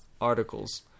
Articles